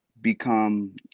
become